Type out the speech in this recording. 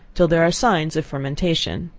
till there are signs of fermentation.